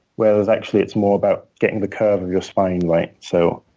whereas actually, it's more about getting the curve of your spine right. so